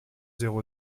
zéro